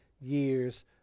years